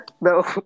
No